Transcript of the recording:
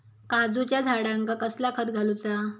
काजूच्या झाडांका कसला खत घालूचा?